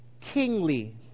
kingly